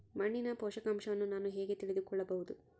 ಮಣ್ಣಿನ ಪೋಷಕಾಂಶವನ್ನು ನಾನು ಹೇಗೆ ತಿಳಿದುಕೊಳ್ಳಬಹುದು?